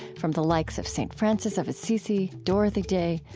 from the likes of st. francis of assisi, dorothy day,